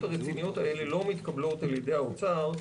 הרציניות האלה לא מתקבלות על ידי האוצר,